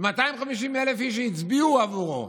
250,000 שהצביעו עבורו